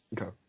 Okay